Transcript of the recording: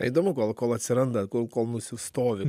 įdomu kol kol atsiranda kol kol nusistovi